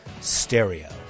stereo